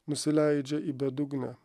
nusileidžia į bedugnę